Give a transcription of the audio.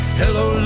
hello